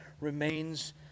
remains